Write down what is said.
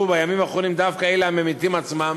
בימים האחרונים דווקא אלה הממיתים עצמם,